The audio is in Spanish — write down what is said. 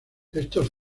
estos